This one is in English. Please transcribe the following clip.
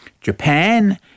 Japan